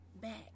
back